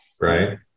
right